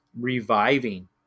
reviving